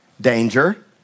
Danger